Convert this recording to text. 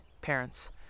parents